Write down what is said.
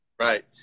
Right